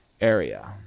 area